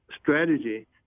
strategy